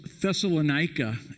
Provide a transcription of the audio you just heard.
Thessalonica